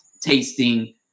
tasting